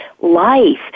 life